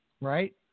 right